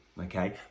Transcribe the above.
Okay